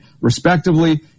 respectively